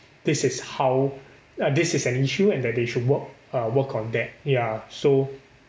this is how uh this is an issue and that they should work uh work on that ya so